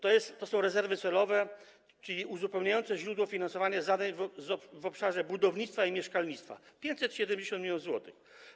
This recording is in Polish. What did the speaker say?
To są rezerwy celowe, czyli uzupełniające źródło finansowania zadań w obszarze budownictwa i mieszkalnictwa - 570 mln zł.